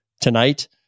tonight